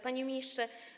Panie Ministrze!